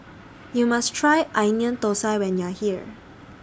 YOU must Try Onion Thosai when YOU Are here